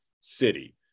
city